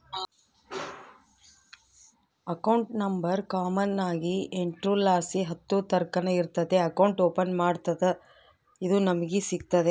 account number common ಆಗಿ ಎಂಟುರ್ಲಾಸಿ ಹತ್ತುರ್ತಕನ ಇರ್ತತೆ ಅಕೌಂಟ್ ಓಪನ್ ಮಾಡತ್ತಡ ಇದು ನಮಿಗೆ ಸಿಗ್ತತೆ